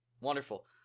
Wonderful